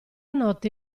notte